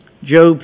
Job